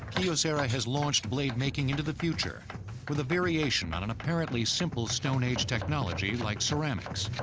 kyocera has launched blade making into the future with a variation on an apparently simple stone age technology like ceramics,